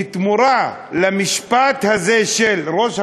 בתמורה למשפט הזה של ראש הממשלה,